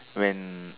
when